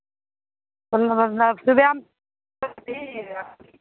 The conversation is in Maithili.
कोनो मतलब